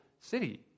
city